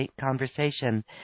conversation